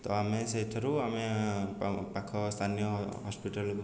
ତ ଆମେ ସେଇଥିରୁ ଆମେ ପାଖ ସ୍ଥାନୀୟ ହସ୍ପିଟାଲ୍କୁ